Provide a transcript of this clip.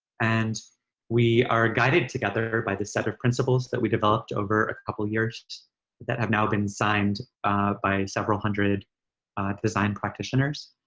and we are guided together by the set of principles that we developed over a couple years that have now been signed by several hundred hundred design practitioners.